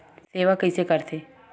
सेवा कइसे करथे?